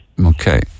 Okay